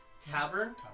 Tavern